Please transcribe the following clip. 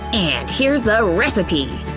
and here's the recipe!